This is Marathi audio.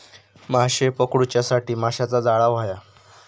माशे पकडूच्यासाठी माशाचा जाळां होया